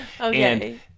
Okay